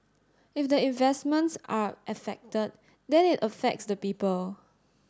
if the investments are affected then it affects the people